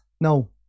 No